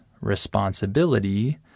responsibility